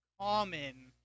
common